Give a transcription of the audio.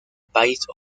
país